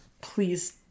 please